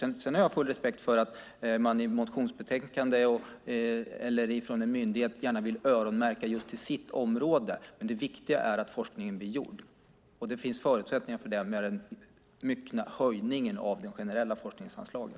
Sedan har jag full respekt för att man i ett motionsbetänkande eller från en myndighet gärna vill öronmärka pengar just till sitt område, med det viktiga är att forskningen blir gjord. Det finns förutsättningar för det med den stora höjningen av det generella forskningsanslaget.